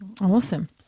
Awesome